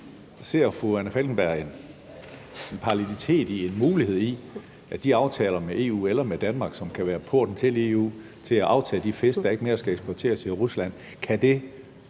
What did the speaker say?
Ser fru Anna Falkenberg en parallelitet, en mulighed for, at de aftaler med EU – eller med Danmark, som kan være porten til EU – om at aftage de fisk, der ikke mere skal eksporteres til Rusland, kan